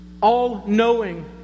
All-knowing